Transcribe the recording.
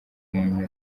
umuntu